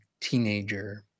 teenager